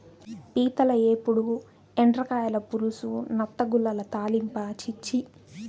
పీతల ఏపుడు, ఎండ్రకాయల పులుసు, నత్తగుల్లల తాలింపా ఛీ ఛీ